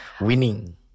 Winning